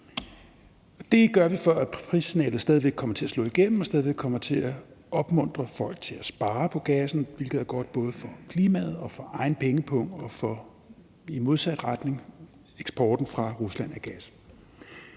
Det gør vi, for at priserne stadig væk kommer til at slå igennem og stadig væk kommer til at opmuntre folk til at spare på gassen, hvilket er godt både for klimaet og for egen pengepung og i modsat retning for eksporten fra Rusland af gas.